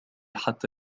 حتى